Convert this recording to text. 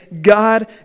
god